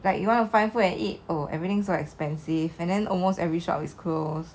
like you want to find food and eat oh everything's so expensive and then almost every shop is closed